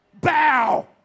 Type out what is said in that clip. Bow